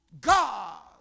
God